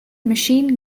machine